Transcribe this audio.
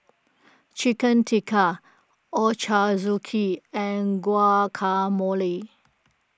Chicken Tikka Ochazuke and Guacamole